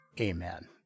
Amen